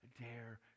dare